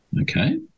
Okay